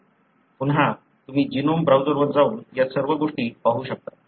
पुन्हा तुम्ही जीनोम ब्राउझरवर जाऊन या सर्व गोष्टी पाहू शकता